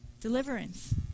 Deliverance